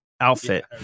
outfit